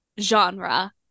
genre